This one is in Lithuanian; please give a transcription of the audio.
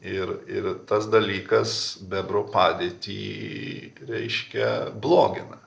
ir ir tas dalykas bebro padėtį reiškia blogina